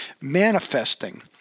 manifesting